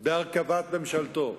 בהרכבת ממשלתו.